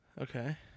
Okay